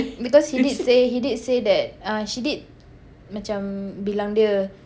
because he did say he did say that uh she did macam bilang dia